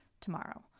tomorrow